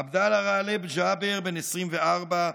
עבדאללה גאלב ג'אבר, בן 24,